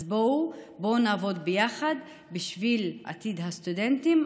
אז בואו נעבוד יחד בשביל עתיד הסטודנטים,